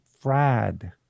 Fried